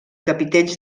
capitells